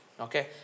okay